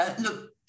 Look